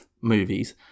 movies